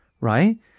right